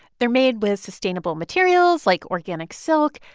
they're made with sustainable materials like organic silk.